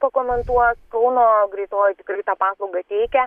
pakomentuos kauno greitoji tikrai tą paslaugą teikia